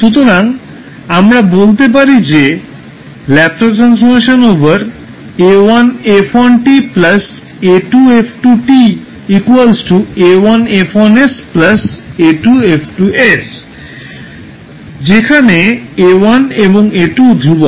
সুতরাং আমরা বলতে পারি যে ℒ𝑎1𝑓1𝑡 𝑎2𝑓2𝑡𝑎1𝐹1𝑠 𝑎2𝐹2𝑠 যেখানে a1 এবং a2 ধ্রুবক